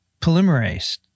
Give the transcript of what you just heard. polymerase